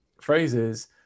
phrases